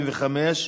15)